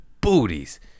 booties